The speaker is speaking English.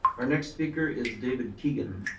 our next speaker is david keegan.